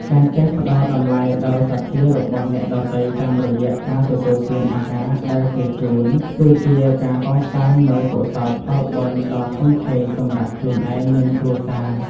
ការចេះផ្តល់តម្លៃដល់សទ្ធារបស់អ្នកដទៃតាមរយៈការទទួលទានអាហារដែលគេជូន គឺជាការកសាងនូវកុសលផលបុណ្យដ៏ធំធេងសម្រាប់ខ្លួនឯង និងគ្រួសារ។